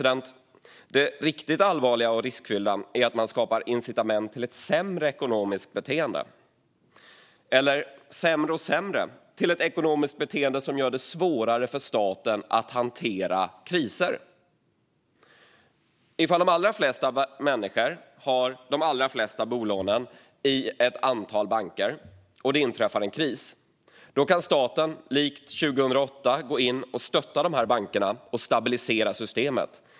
Det riktigt allvarliga och riskfyllda, fru ålderspresident, är dock att man skapar incitament till ett ekonomiskt beteende som gör det svårare för staten att hantera kriser. Om de allra flesta har sina bolån i ett antal banker och det inträffar en kris kan staten, likt 2008, gå in och stötta dessa banker och stabilisera systemet.